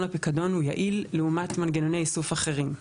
הפיקדון הוא יעיל לעומת מנגנוני איסוף אחרים.